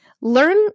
learn